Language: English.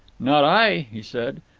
not i, he said.